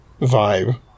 vibe